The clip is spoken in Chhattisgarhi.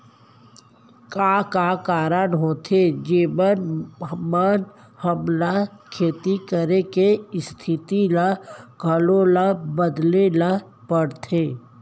का का कारण होथे जेमन मा हमन ला खेती करे के स्तिथि ला घलो ला बदले ला पड़थे?